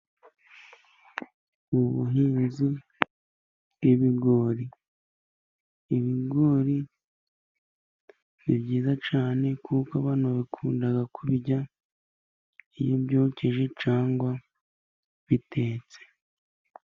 Ubuhinzi bw'ibigori. ibigori ni byiza cyane kuko abana bakunda kubirya iyo byokeje cyangwa bitetse.